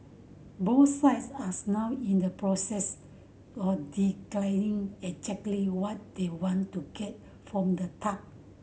both sides as now in the process of declining exactly what they want to get from the talk